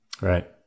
Right